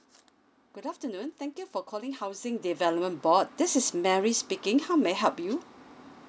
good afternoon thank you for calling housing development board this is mary speaking how may I help you